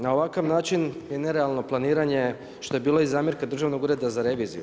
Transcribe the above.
Na ovakav način je nerealno planiranje što je bilo i zamjerka Državnog ureda za Reviziju.